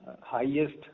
highest